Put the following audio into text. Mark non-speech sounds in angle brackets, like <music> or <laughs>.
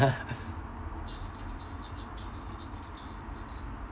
<laughs>